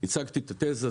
הצגתי את התיזה,